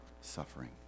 suffering